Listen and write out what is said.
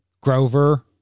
Grover